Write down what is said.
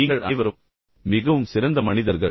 நீங்கள் அனைவரும் மிகவும் சிறந்த மனிதர்கள்